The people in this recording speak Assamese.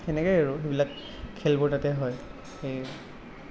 সেনেকেই আৰু সেইবিলাক খেলবোৰ তাতেই হয় সেই